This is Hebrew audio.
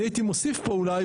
אני הייתי מוסיף אולי,